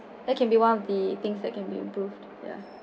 that can be one of the things that can be improved ya